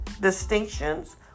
distinctions